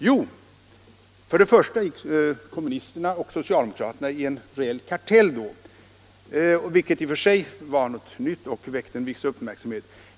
Jo, kommunisterna och socialdemokraterna gick samman i en formlig kartell, vilket i och för sig var något nytt och väckte viss uppmärksamhet.